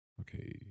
Okay